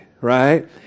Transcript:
right